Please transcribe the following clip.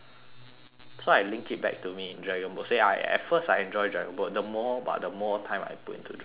so I linked it back to me in dragon boat say I at first I enjoyed dragon boat the more but the more time I put into dragon boat right